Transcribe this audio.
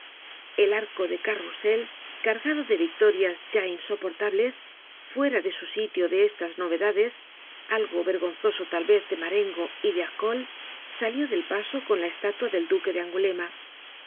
el arco del carrousel cargado de victorias ya insoportables fuera de su sitio en estas novedades algo vergonzoso tal vez de marengo y de arcole salió del paso con la estatua del duque de angulema el